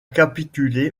capitulé